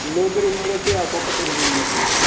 ଲୁଜ୍ରେ ମିଳୁଛି ଆଉ ପକେଟ୍ରେ ବି ମିଳୁଛି ସାର୍